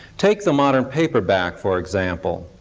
take the modern paperback for example.